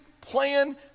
plan